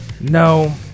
No